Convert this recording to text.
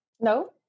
No